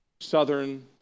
southern